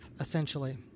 essentially